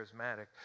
charismatic